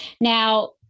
Now